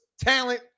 talent